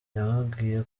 yababwiye